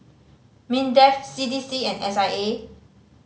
MINDEF C D C and S I A